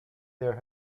there